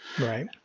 Right